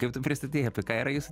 kaip tu pristatei apie ką yra jūsų